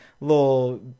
little